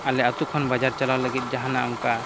ᱟᱞᱮ ᱟᱛᱳ ᱠᱷᱚᱱ ᱵᱟᱡᱟᱨ ᱪᱟᱞᱟᱜ ᱞᱟᱹᱜᱤᱫ ᱡᱟᱦᱟᱱᱟᱜ ᱚᱱᱠᱟ